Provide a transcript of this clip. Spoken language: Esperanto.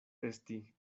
esti